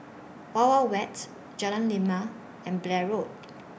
Wild Wild Wet Jalan Lima and Blair Road